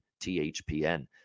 THPN